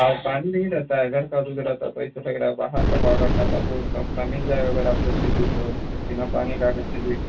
और पानी नहीं रहता है घर का दूध रहता है तो इससे भी अगर आप बाहर का पाउडर का आता वो सस्ता मिल जाएगा अगर आपको चाहिए तो बिना पानी का अगर चाहिए